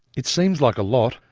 it seems like a lot.